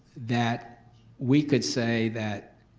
that we could say that